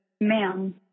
ma'am